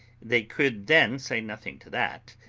they could then say nothing to that.